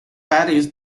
paris